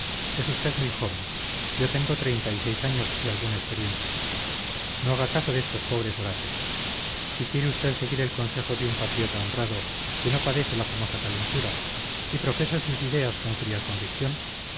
es usted muy joven yo tengo treinta y seis años y alguna experiencia no haga caso de estos pobres orates si quiere usted seguir el consejo de un patriota honrado que no padece la famosa calentura y profesa sus ideas con fría convicción